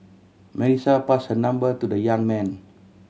Melissa passed her number to the young man